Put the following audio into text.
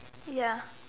ya